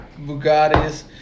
Bugattis